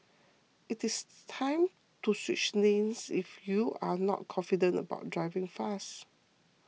it is time to switch lanes if you're not confident about driving fast